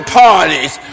parties